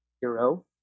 Hero